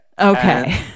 Okay